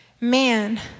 Man